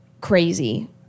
crazy